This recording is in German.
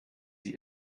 sie